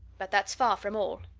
but that's far from all.